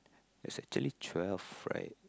there's actually twelve right